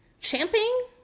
champing